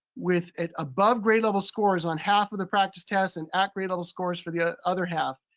with at above grade level scores on half of the practice tests and at grade level scores for the ah other half.